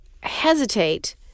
hesitate